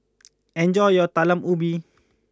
enjoy your Talam Ubi